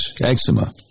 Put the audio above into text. eczema